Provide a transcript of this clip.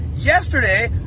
Yesterday